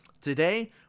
today